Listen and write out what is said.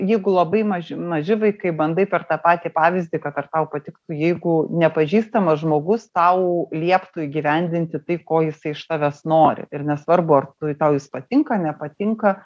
jeigu labai maži maži vaikai bandai per tą patį pavyzdį kad ar tau patiktų jeigu nepažįstamas žmogus tau lieptų įgyvendinti tai ko jisai iš tavęs nori ir nesvarbu ar tau jis patinka nepatinka